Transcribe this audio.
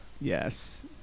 Yes